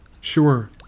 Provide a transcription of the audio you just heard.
Sure